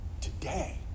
today